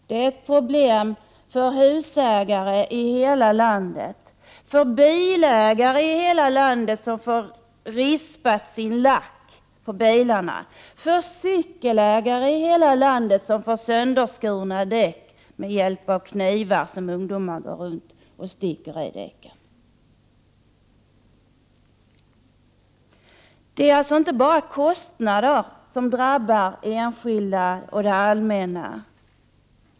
Det är ett problem för husägare i hela landet, för bilägare i hela landet som får lacken på bilarna rispad, för cykelägare i hela landet som får däcken sönderskurna av ungdomar som sticker kniven i dem. Det är alltså inte bara kostnader som drabbar enskilda och det allmänna.